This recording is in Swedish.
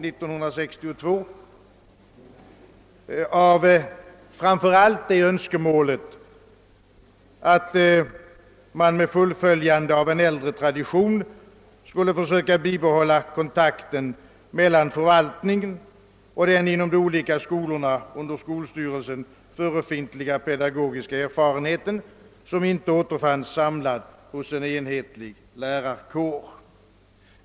1962 före stavades fackrepresentationen framför allt av önskemålet att man med fullföljande av en äldre tradition ville bibehålla kontakten mellan förvaltningen och den inom de olika skolorna under skolstyrelsen befintliga pedagogiska erfarenhet som inte återfanns samlad hos en enhetlig lärarkår.